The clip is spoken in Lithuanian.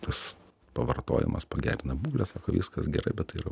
tas pavartojimas pagerina būklę sako viskas gerai bet tai yra